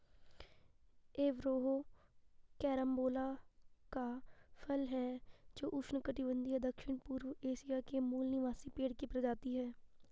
Averrhoa कैरम्बोला का फल है जो उष्णकटिबंधीय दक्षिणपूर्व एशिया के मूल निवासी पेड़ की प्रजाति है